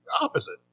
opposite